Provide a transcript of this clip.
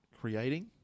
Creating